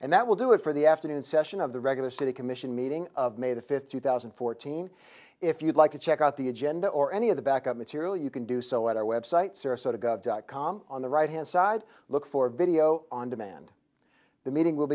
and that will do it for the afternoon session of the regular city commission meeting of may the fifth two thousand and fourteen if you'd like to check out the agenda or any of the backup material you can do so at our website sarasota gov dot com on the right hand side look for video on demand the meeting will